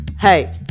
Hey